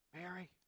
Mary